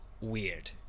Weird